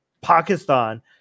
Pakistan